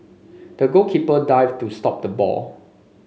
the goalkeeper dived to stop the ball